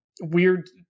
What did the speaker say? Weird